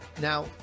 Now